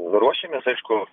ruošiamės aišku